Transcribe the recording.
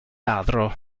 ladro